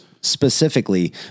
specifically